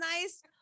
nice